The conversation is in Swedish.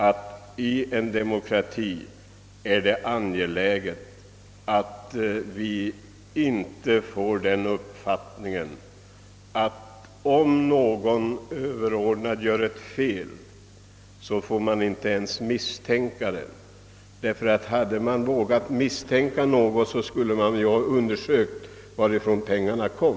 Men i en demokrati är det angeläget att medborgarna inte får uppfattningen, att om någon överordnad gör ett fel så får man inte ens hysa någon misstanke. Hade man vågat misstänka något skulle man naturligtvis ha undersökt varifrån pengarna kom.